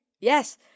Yes